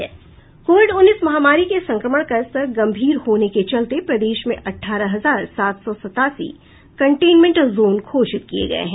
Covid उन्नीस महामारी के संक्रमण का स्तर गंभीर होने के चलते प्रदेश में अठारह हजार सात सौ सतासी कंटेनमेंट जोन घोषित किये गये हैं